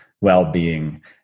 well-being